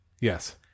Yes